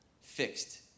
fixed